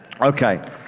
Okay